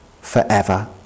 forever